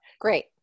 Great